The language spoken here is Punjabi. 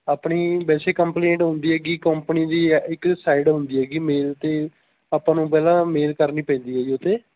ਆਪਣੀ ਵੈਸੇ ਕੰਪਲੇਂਟ ਹੁੰਦੀ ਹੈਗੀ ਕੰਪਨੀ ਦੀ ਹੈ ਇੱਕ ਸਾਈਡ ਹੁੰਦੀ ਹੈਗੀ ਮੇਲ ਅਤੇ ਆਪਾਂ ਨੂੰ ਪਹਿਲਾਂ ਮੇਲ ਕਰਨੀ ਪੈਂਦੀ ਹੈ ਜੀ ਉਹ 'ਤੇ